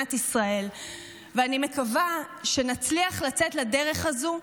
אני מקווה שנצליח לצאת לדרך הזו,